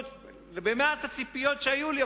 ובמעט הציפיות שהיו לי,